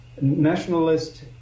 Nationalist